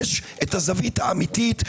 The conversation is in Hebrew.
יש את הזווית האמיתית,